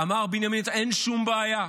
אמר בנימין נתניהו, אין שום בעיה.